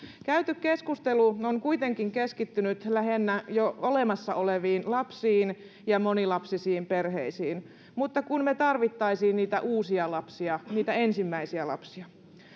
käyty keskustelu on kuitenkin keskittynyt lähinnä jo olemassa oleviin lapsiin ja monilapsisiin perheisiin mutta kun me tarvitsisimme niitä uusia lapsia niitä ensimmäisiä lapsia